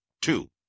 Two